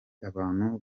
abantu